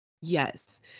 Yes